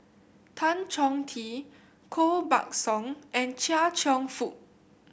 Tan Chong Tee Koh Buck Song and Chia Cheong Fook